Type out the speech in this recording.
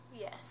Yes